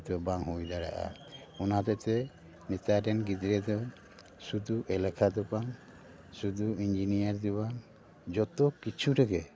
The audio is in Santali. ᱦᱳᱭ ᱛᱳ ᱵᱟᱝ ᱦᱩᱭ ᱫᱟᱲᱮᱭᱟᱜᱼᱟ ᱚᱱᱟ ᱦᱚᱛᱮᱫ ᱛᱮ ᱱᱮᱛᱟᱨ ᱨᱮᱱ ᱜᱤᱫᱽᱨᱟᱹ ᱫᱚ ᱥᱩᱫᱩ ᱮᱞᱷᱟ ᱫᱚ ᱵᱟᱝ ᱥᱩᱫᱩ ᱤᱧᱡᱤᱱᱤᱭᱟᱨ ᱫᱚ ᱵᱟᱝ ᱡᱚᱛᱚ ᱠᱤᱪᱷᱩ ᱨᱮᱜᱮ